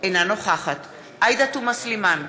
אינה נוכחת עאידה תומא סלימאן,